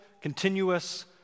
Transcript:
continuous